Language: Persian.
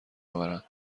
آورند